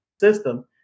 system